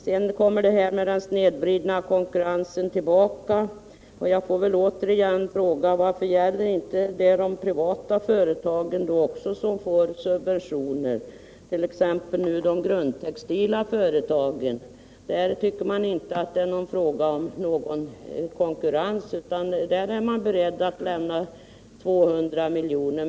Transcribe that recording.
Talet om den snedvridna konkurrensen kommer tillbaka. Jag får återigen fråga: Varför gäller inte det också de privata företag som får subventioner, t.ex. de grundtextila företagen? När det gäller dem tycker man inte att det är fråga om någon snedvridning av konkurrensen, utan där är man beredd att lämna 200 miljoner.